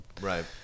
Right